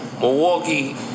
Milwaukee